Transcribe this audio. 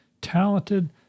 talented